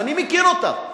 ואני מכיר אותך,